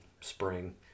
spring